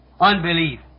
Unbelief